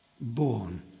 Born